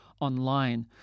online